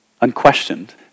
unquestioned